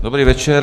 Dobrý večer.